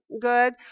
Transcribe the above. good